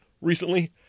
recently